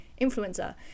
influencer